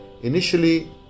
Initially